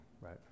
right